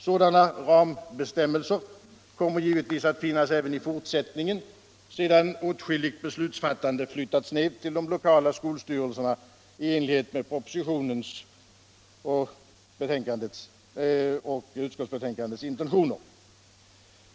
Sådana rambestämmelser kommer givetvis att finnas även i fortsättningen sedan åtskilligt besluts fattande flyttats ned på de lokala skolstyrelserna i enlighet med propositionens och utskottsbetänkandets intentioner.